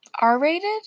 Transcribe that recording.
R-rated